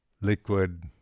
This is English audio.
liquid